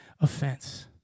offense